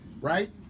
right